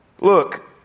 Look